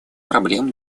проблем